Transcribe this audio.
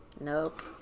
Nope